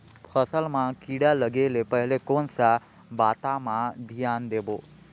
फसल मां किड़ा लगे ले पहले कोन सा बाता मां धियान देबो?